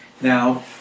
Now